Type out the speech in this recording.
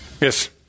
yes